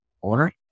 Order